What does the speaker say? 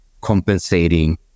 compensating